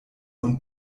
und